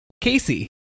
Casey